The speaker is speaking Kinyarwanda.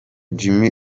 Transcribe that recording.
jim